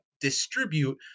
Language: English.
distribute